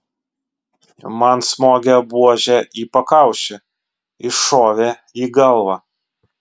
man smogė buože į pakaušį iššovė į galvą